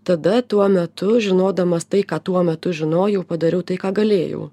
tada tuo metu žinodamas tai ką tuo metu žinojau padariau tai ką galėjau